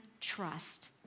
trust